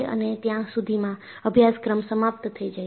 અને ત્યાં સુધીમાં અભ્યાસક્રમ સમાપ્ત થઈ જાય છે